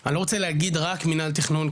אני לא רוצה להגיד רק מנהל התכנון,